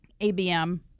ABM